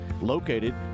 located